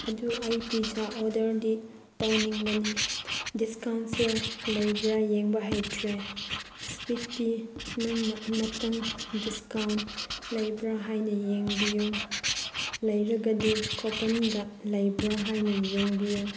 ꯑꯗꯨ ꯑꯩ ꯄꯤꯖꯥ ꯑꯣꯔꯗꯔꯗꯤ ꯇꯧꯅꯤꯡꯕꯅꯤ ꯗꯤꯁꯀꯥꯎꯟꯁꯦ ꯂꯩꯕ꯭ꯔꯥ ꯌꯦꯡꯕ ꯍꯩꯇ꯭ꯔꯦ ꯁ꯭ꯋꯤꯠꯇꯤ ꯅꯪꯅ ꯑꯃꯨꯛꯇꯪ ꯗꯤꯁꯀꯥꯎꯟ ꯂꯩꯕ꯭ꯔꯥ ꯍꯥꯏꯅ ꯌꯦꯡꯕꯤꯌꯨ ꯂꯩꯔꯒꯗꯤ ꯀꯣꯄꯟꯒ ꯄꯩꯕ꯭ꯔꯥ ꯍꯥꯏꯅ ꯌꯦꯡꯕꯤꯌꯨ